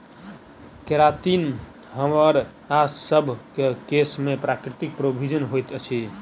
keratin हमरासभ केँ केश में प्राकृतिक प्रोभूजिन होइत अछि